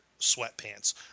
sweatpants